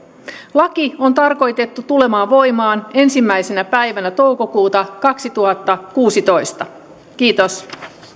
laki on tarkoitettu tulemaan voimaan ensimmäisenä päivänä toukokuuta kaksituhattakuusitoista kiitos